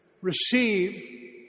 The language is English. Receive